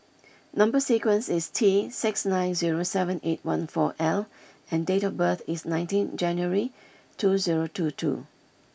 number sequence is T six nine zero seven eight one four L and date of birth is nineteen January two zero two two